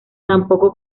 tampoco